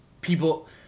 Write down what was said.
people